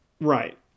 Right